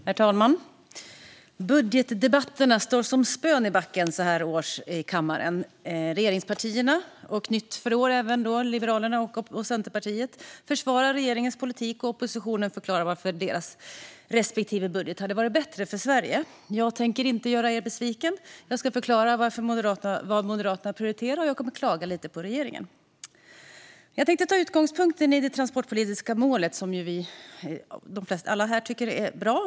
Herr talman! Budgetdebatterna står som spön i backen så här års i kammaren. Regeringspartierna, och nytt för i år även Liberalerna och Centerpartiet, försvarar regeringens politik, och oppositionen förklarar varför deras respektive budget hade varit bättre för Sverige. Jag tänker inte göra er besvikna. Jag ska förklara vad Moderaterna prioriterar, och jag kommer att klaga lite på regeringen. Jag tänkte ta min utgångspunkt i det transportpolitiska målet, som alla här tycker är bra.